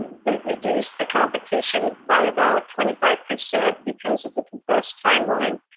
they've reduced the competition by about twenty five percent because of the compressed timeline,